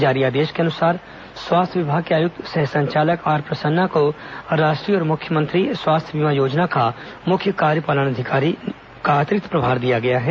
जारी आदेश के अनुसार स्वास्थ्य विभाग के आयुक्त सह संचालक आर प्रसन्ना को राष्ट्रीय और मुख्यमंत्री स्वास्थ्य बीमा योजना का मुख्य कार्यपालन अधिकारी का अतिरिक्त प्रभार दिया गया है